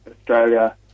Australia